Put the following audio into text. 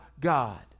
God